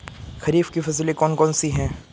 खरीफ की फसलें कौन कौन सी हैं?